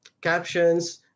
captions